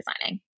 designing